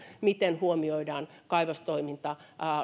miten huomioidaan kaivostoiminta